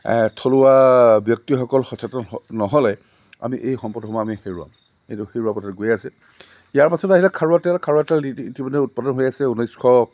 থলুৱা ব্যক্তিসকল সচেতন নহ'লে আমি এই সম্পদসমূহ আমি হেৰুৱাম এইটো হেৰুৱা পথত গৈ আছে ইয়াৰ পাছত আহিলে খাৰুৱা তেল খাৰুৱা তেল ইতিমধ্য়ে উৎপাদন হৈ আছে ঊনৈছশ